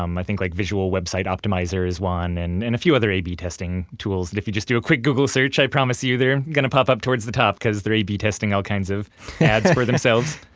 um i think like visual website optimizer is one, and and a few other a b testing tools. if you just do a quick google search i promise you they're going to pop up towards the top because they're a b testing all kinds of ads for themselves.